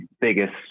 biggest